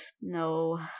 no